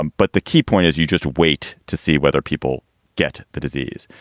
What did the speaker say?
um but the key point is you just wait to see whether people get the disease.